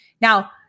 Now